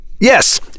Yes